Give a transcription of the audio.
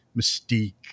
mystique